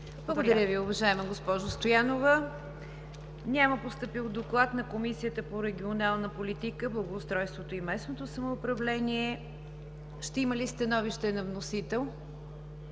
Благодаря Ви, уважаема госпожо Стоянова. Няма постъпил доклад на Комисията по регионална политика, благоустройство и местно самоуправление. Ще има ли становище на вносител?